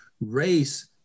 race